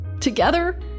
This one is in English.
Together